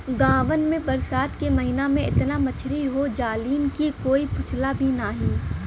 गांवन में बरसात के महिना में एतना मछरी हो जालीन की कोई पूछला भी नाहीं